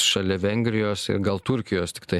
šalia vengrijos ir gal turkijos tiktai